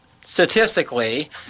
statistically